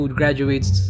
graduates